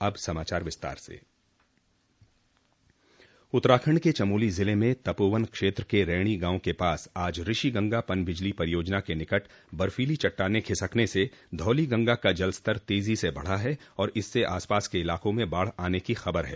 अब समाचार विस्तार से उत्तराखंड के चमोली जिले में तपोवन क्षेत्र के रैणी गांव के पास आज ऋषि गंगा पनबिजली परियोजना के निकट बर्फीली चट्टान खिसकने से धौलीगंगा का जल स्तर तेजी से बढ़ा है और इससे आसपास के इलाके में बाढ़ आने की खबर है